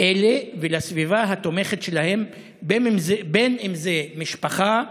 אלה ולסביבה התומכת שלהם, אם זה משפחה,